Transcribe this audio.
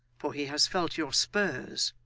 for he has felt your spurs,